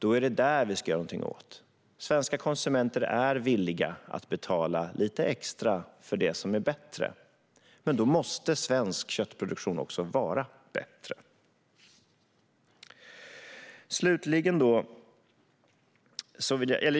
Det är detta vi ska göra någonting åt. Svenska konsumenter är villiga att betala lite extra för det som är bättre, men då måste svensk köttproduktion också vara bättre.